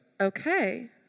Okay